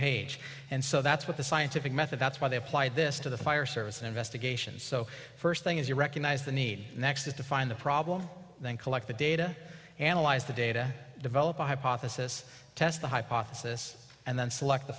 page and so that's what the scientific method that's why they apply this to the fire service investigations so first thing is you recognize the need next to find the problem then collect the data analyze the data develop a hypothesis test the hypothesis and then select the